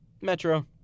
Metro